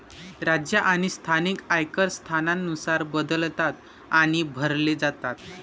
राज्य आणि स्थानिक आयकर स्थानानुसार बदलतात आणि भरले जातात